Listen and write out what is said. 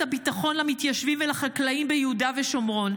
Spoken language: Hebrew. הביטחון למתיישבים ולחקלאים ביהודה ושומרון.